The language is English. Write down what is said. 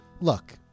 Look